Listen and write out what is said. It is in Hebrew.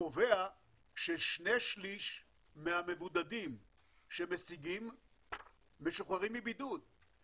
שקובע ששני שליש מהמבודדים שמשיגים משוחררים מבידוד.